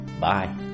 Bye